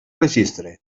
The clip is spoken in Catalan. registre